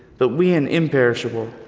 but we an imperishable.